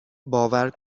باور